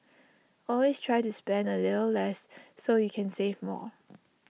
always try to spend A little less so you can save more